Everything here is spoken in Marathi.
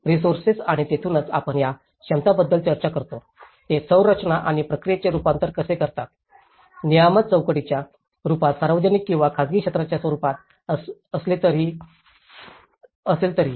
रिसोर्सेस आणि तिथूनच आपण या क्षमतांबद्दल चर्चा करतो ते संरचना आणि प्रक्रियेचे रूपांतर कसे करतात नियामक चौकटीच्या रूपात सार्वजनिक किंवा खाजगी क्षेत्राच्या स्वरूपात असले तरीही